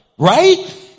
Right